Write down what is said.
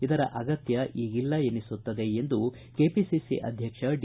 ಇದರ ಅಗತ್ತ ಈಗಿಲ್ಲ ಎನಿಸುತ್ತದೆ ಎಂದು ಕೆಪಿಸಿಸಿ ಅಧ್ಯಕ್ಷ ಡಿ